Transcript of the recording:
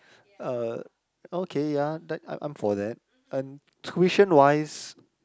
uh okay ya then I'm armed for that and tuition wise